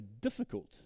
difficult